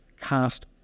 Cast